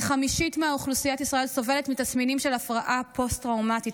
כחמישית מאוכלוסיית ישראל סובלת מתסמינים של הפרעה פוסט-טראומטית.